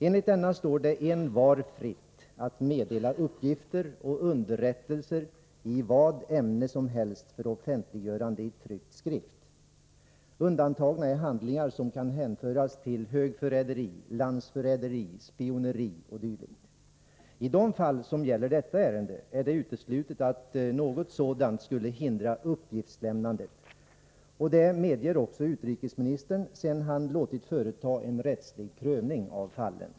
Enligt denna står det envar fritt att meddela uppgifter och underrättelser i vilket ämne som helst för offentliggörande i tryckt skrift. Undantagna är handlingar som kan hänföras till högförräderi, landsförräderi, spioneri o. d. I de fall som det nu gäller är det uteslutet att något sådant skulle hindra uppgiftslämnadet, och detta medger också utrikesministern sedan han låtit företa en rättslig prövning av fallen.